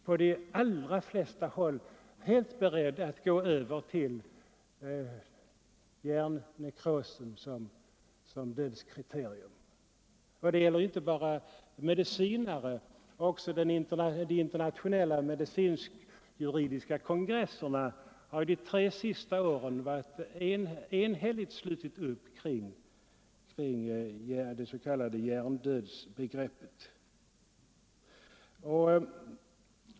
På de allra flesta håll har man helt gått över till hjärnnekrosen som dödskriterium. Jag talar då inte bara om medicinare. Också de internationella medicinsk-juridiska kongresserna har under de tre senaste åren enhälligt slutit upp kring det s.k. hjärndödsbegreppet.